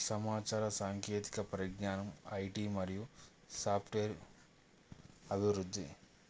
సమాచార సాంకేతిక పరిజ్ఞానం ఐ టీ మరియు సాఫ్ట్వేర్ అభివృద్ధి